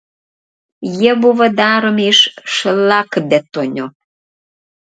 jie buvo daromi iš šlakbetonio